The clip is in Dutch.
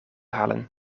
halen